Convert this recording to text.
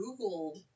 Googled